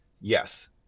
Yes